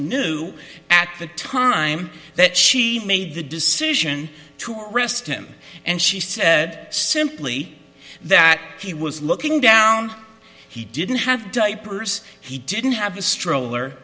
knew at the time that she made the decision to arrest him and she said simply that he was looking down he didn't have diapers he didn't have a stroller